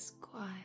Quiet